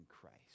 Christ